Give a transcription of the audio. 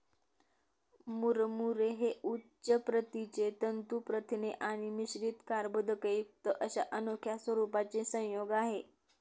मुरमुरे हे उच्च प्रतीचे तंतू प्रथिने आणि मिश्रित कर्बोदकेयुक्त अशा अनोख्या स्वरूपाचे संयोग आहे